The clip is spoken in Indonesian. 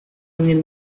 ingin